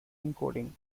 encoding